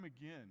again